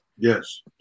Yes